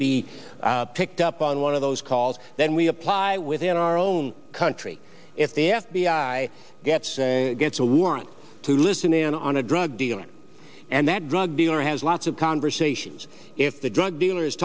be picked up on one of those calls then we apply within our own country if the f b i gets gets a warrant to listen in on a drug dealer and that drug dealer has lots of conversations if the drug dealers